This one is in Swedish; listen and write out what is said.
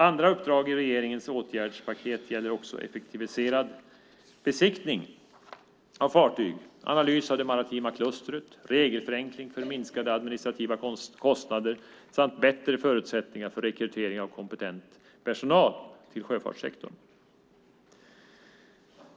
Andra uppdrag i regeringens åtgärdspaket gäller också effektiviserad besiktning av fartyg, analys av det maritima klustret, regelförenkling för minskade administrativa kostnader och bättre förutsättningar för rekrytering av kompetent personal till sjöfartssektorn.